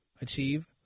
achieve